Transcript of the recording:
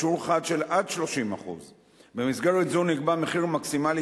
בשיעור חד של עד 30%. במסגרת זו נקבע מחיר מקסימלי